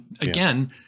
again-